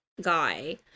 guy